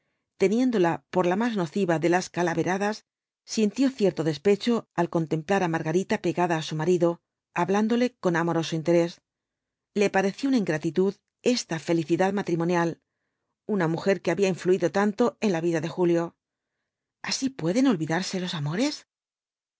teniéndola por la más nociva de las calaveradas sintió cierto despecho al contemplar á margarita pegada á su marido hablándole con amoroso interés le pareció una ingratitud esta felicidad matrimonial una mujer que había influido tanto en la vida de julio así pueden olvidarse los amores